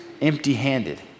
empty-handed